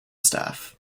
staff